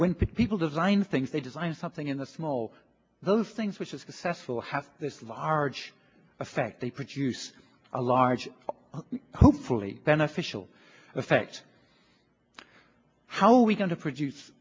when people design things they design something in the small those things which is the sessile has this large effect they produce a large hopefully beneficial effect how are we going to produce